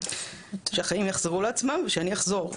שהחיים יחזרו לעצמם ושאני אחזור אליהם.